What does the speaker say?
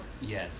Yes